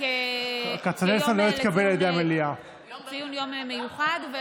כיום לציון מיוחד.